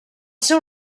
seu